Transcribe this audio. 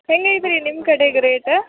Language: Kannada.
ಹೆಂಗೈತೆ ರಿ ನಿಮ್ಮ ಕಡೆಗೆ ರೇಟ